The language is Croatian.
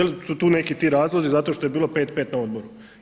Ili isu tu neki ti razlozi zato što je bilo 5-5 na odboru.